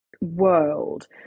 world